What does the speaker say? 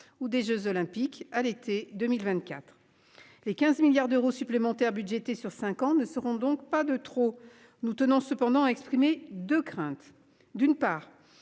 ou des Jeux olympiques à l'été 2024, les 15 milliards d'euros supplémentaires budgétés sur 5 ans ne seront donc pas de trop. Nous tenons cependant exprimé de craintes d'une part,